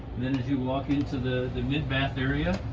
then as you walk into the the mid bath area,